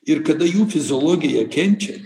ir kada jų fiziologija kenčia